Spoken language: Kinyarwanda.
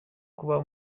kuba